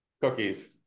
cookies